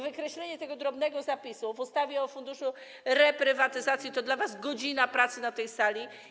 Wykreślenie tego drobnego zapisu w ustawie o Funduszu Reprywatyzacji to dla was godzina pracy na tej sali.